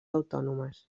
autònomes